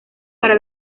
para